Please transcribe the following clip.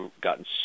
gotten